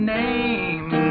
name